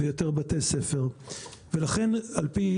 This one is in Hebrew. ויותר בתי ספר ולכן על פי,